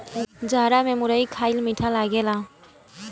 जाड़ा में मुरई खईला में मीठ लागेला